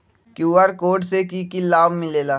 QR code से कि कि लाव मिलेला?